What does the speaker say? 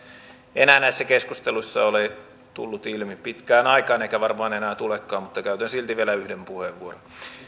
enää näissä keskusteluissa ole tullut ilmi pitkään aikaan eikä varmaan enää tulekaan mutta käytän silti vielä yhden puheenvuoron